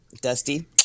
dusty